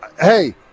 hey